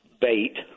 bait